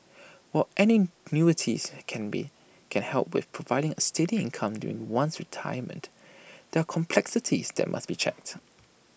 while annuities can be can help with providing A steady income during one's retirement there are complexities that must be checked